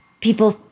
people